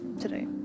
today